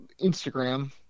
Instagram